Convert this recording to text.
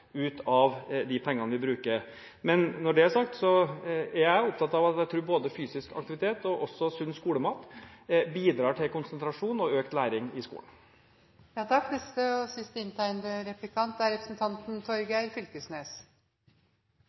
ut av de pengene vi bruker. Men når det er sagt, er jeg opptatt av at jeg tror både fysisk aktivitet og også sunn skolemat bidrar til konsentrasjon og økt læring i